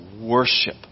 worship